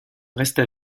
resta